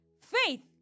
Faith